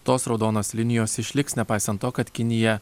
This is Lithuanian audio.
tos raudonos linijos išliks nepaisant to kad kinija